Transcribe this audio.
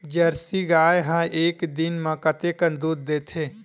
Jersey गाय ह एक दिन म कतेकन दूध देथे?